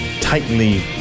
tightly